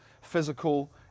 physical